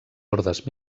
ordes